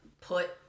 put